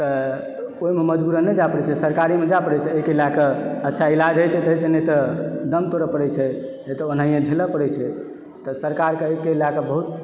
तऽ ओहिमे मजबूरन नहि जाइ पड़ै छै तऽ सरकारी मे जाइ पड़ै छै एहि के लए कऽ अच्छा इलाज होइ छै तऽ होइ छै नहि तऽ दम तोड़ पड़ै छै नहि तऽ ओन्हिए झेलऽ पड़ै छै तऽ सरकार के एहि के लेकऽ बहुत